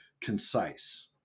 concise